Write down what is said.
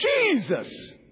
Jesus